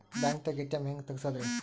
ಬ್ಯಾಂಕ್ದಾಗ ಎ.ಟಿ.ಎಂ ಹೆಂಗ್ ತಗಸದ್ರಿ?